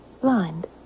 Blind